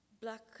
black